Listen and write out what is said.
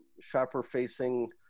shopper-facing